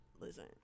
listen